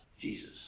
Jesus